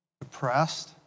depressed